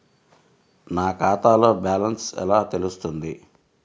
నా ఖాతాలో బ్యాలెన్స్ ఎలా తెలుస్తుంది?